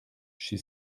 she